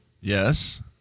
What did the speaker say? Yes